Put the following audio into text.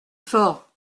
fort